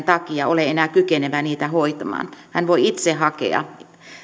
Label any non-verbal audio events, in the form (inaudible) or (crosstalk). (unintelligible) takia ole enää kykenevä niitä hoitamaan hän voi itse hakea